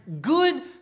good